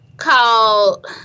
called